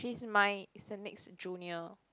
she's my Saint Nics junior